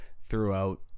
throughout